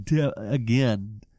again